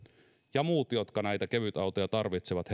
ja muut jotka kevytautoja tarvitsevat